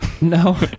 No